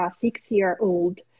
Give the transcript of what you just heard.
six-year-old